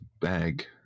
bag